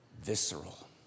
visceral